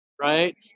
right